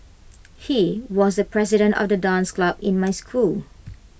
he was the president of the dance club in my school